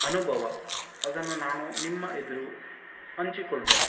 ಅನುಭವ ಅದನ್ನು ನಾನು ನಿಮ್ಮ ಎದುರು ಹಂಚಿಕೊಂಡೆ